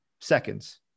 seconds